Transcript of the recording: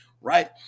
Right